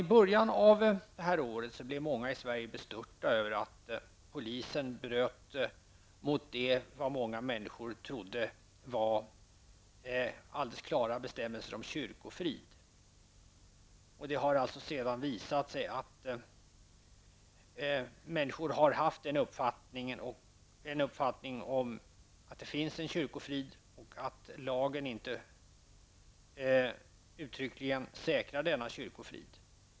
I början av det här året blev många i Sverige bestörta över att polisen bröt mot vad många människor trodde vara alldeles klara bestämmelser om kyrkofrid. Det har sedan visat sig att människor har haft uppfattningen att det finns en kyrkofrid och att lagen inte uttryckligen säkrar denna kyrkofrid.